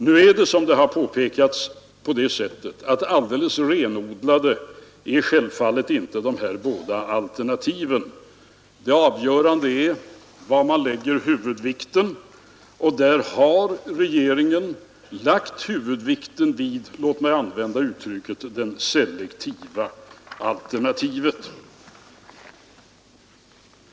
Nu är det, som man har påpekat, på det sättet att alldeles renodlade är självfallet inte de här båda alternativen. Det avgörande är var man lägger huvudvikten, och regeringen har lagt huvudvikten vid — låt mig använda uttrycket — det selektiva alternativet.